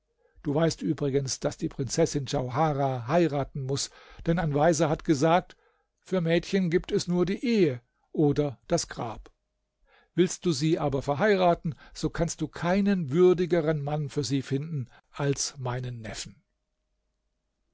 du weißt übrigens daß die prinzessin djauharah heiraten muß denn ein weiser hat gesagt für mädchen gibt es nur die ehe oder das grab willst du sie aber verheiraten so kannst du keinen würdigeren mann für sie finden als meinen neffen